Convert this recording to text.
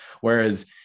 Whereas